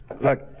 Look